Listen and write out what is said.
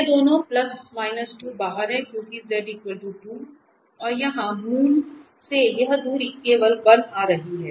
ये दोनों बाहर हैं क्योंकि z 2 और यहाँ मूल से यह दूरी केवल 1 आ रही है